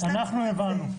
אז --- אנחנו הבנו.